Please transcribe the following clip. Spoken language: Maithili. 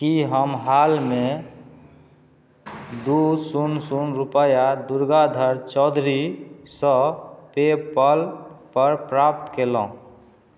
की हम हालमे दू शून्य शून्य रुपआ दुर्गाधर चौधरीसँ पेपल पर प्राप्त कयलहुँ